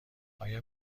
آیا